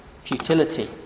futility